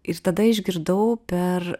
ir tada išgirdau per